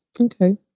Okay